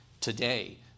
today